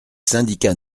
syndicats